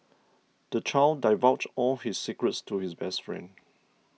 the child divulged all his secrets to his best friend